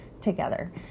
together